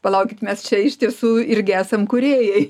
palaukit mes čia iš tiesų irgi esam kūrėjai